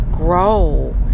Grow